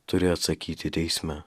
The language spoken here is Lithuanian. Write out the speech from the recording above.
turi atsakyti teisme